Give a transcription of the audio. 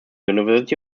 university